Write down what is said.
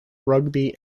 rugby